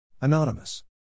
Anonymous